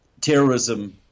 terrorism